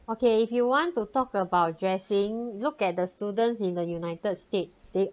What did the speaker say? okay if you want to talk about dressing look at the students in the united states they